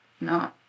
no